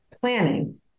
planning